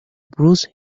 bruce